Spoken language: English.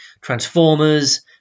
Transformers